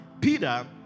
peter